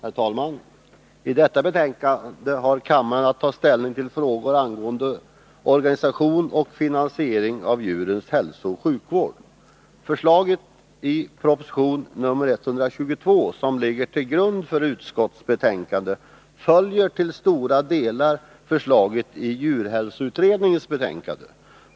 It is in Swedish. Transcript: Herr talman! I det betänkande som kammaren nu har att ta ställning till behandlas frågor angående organisation och finansiering av djurens hälsooch sjukvård. Förslaget i proposition nr 122, som ligger till grund för utskottets betänkande, följer till stora delar förslaget i djurhälsoutredningens betänkande.